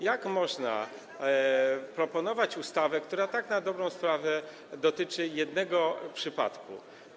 Jak można proponować ustawę, która tak na dobrą sprawę dotyczy jednego przypadku?